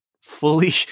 fully